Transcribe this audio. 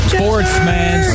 Sportsman